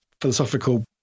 philosophical